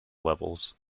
levels